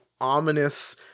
ominous